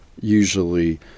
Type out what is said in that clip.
usually